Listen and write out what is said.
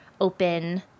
open